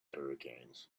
hurricanes